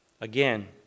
Again